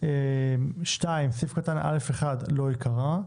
סעיף קטן (א1) לא ייקרא,